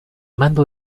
mando